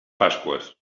pasqües